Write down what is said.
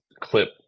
clip